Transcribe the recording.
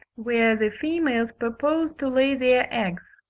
where the females propose to lay their eggs.